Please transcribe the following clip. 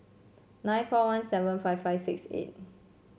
nine four one seven five five six eight